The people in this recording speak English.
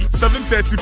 7.30